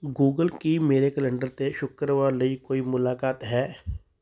Google ਕੀ ਮੇਰੇ calendar 'ਤੇ ਸ਼ੁੱਕਰਵਾਰ ਲਈ ਕੋਈ ਮੁਲਾਕਾਤ ਹੈ